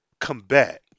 combat